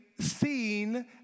seen